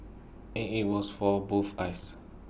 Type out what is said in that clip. and IT was for both eyes